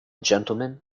gentleman